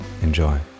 Enjoy